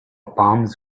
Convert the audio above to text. palms